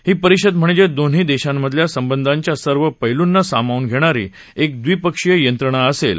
ही परिषद म्हणजे दोन्ही देशांमधल्या संबंधाच्या सर्व पैलंना सामावन घेणारी एक द्विपक्षीय यंत्रणा असेल